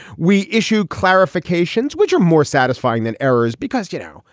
we issue clarifications which are more satisfying than errors because, you know,